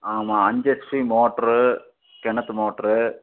ஆமாம் அஞ்சு HP motor கிணத்து மோட்டரு